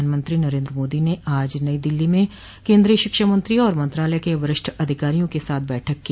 प्रधानमंत्री नरेन्द्र मोदी ने आज नई दिल्ली में केन्द्रीय शिक्षा मंत्री और मंत्रालय के वरिष्ठ अधिकारियों के साथ बैठक की